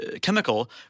chemical